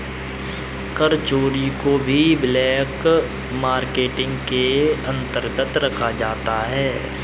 कर चोरी को भी ब्लैक मार्केटिंग के अंतर्गत रखा जाता है